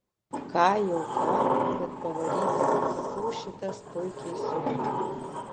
ką jau ką bet pavaryti ant kitų šitas puikiai sugeba